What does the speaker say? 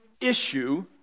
issue